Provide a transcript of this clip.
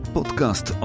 podcast